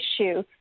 issue